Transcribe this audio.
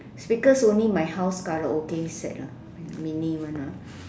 speakers only my house karaoke set ah my mini one ah